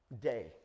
day